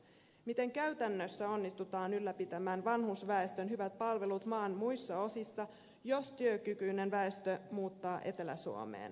miten käytännössä onnistutaan ylläpitämään vanhusväestön hyvät palvelut maan muissa osissa jos työkykyinen väestö muuttaa etelä suomeen